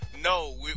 No